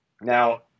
Now